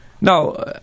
Now